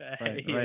Right